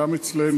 וגם אצלנו,